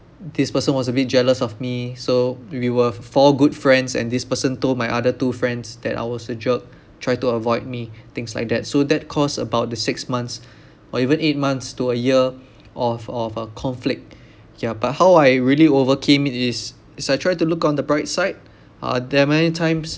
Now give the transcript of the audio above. this person was a bit jealous of me so we were fo~ four good friends and this person told my other two friends that I was a jerk try to avoid me things like that so that cause about the six months or even eight months to a year of of a conflict yeah but how I really overcame it is is I try to look on the bright side uh there are many times